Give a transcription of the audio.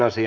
asia